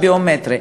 הביומטרי.